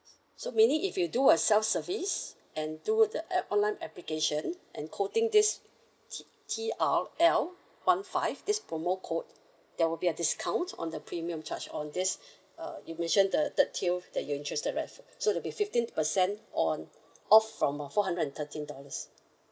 so meaning if you do a self service and do the app online application and quoting this T T R L one five this promo code there will be a discount on the premium charge on this uh you mentioned the third tier that you're interested right so there'll be fifteen per cent on off from uh four hundred and thirteen dollars